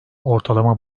ortalama